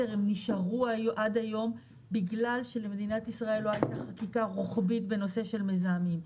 עד היום בגלל שבמדינת ישראל לא הייתה חקיקה רוחבית בנושא של מזהמים.